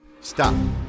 stop